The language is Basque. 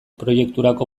proiekturako